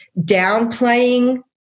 downplaying